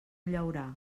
llaurà